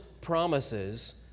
promises